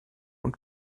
und